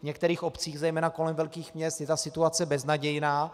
V některých obcích, zejména kolem velkých měst, je ta situace beznadějná.